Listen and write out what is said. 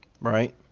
Right